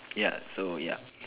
ya so yeap